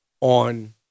on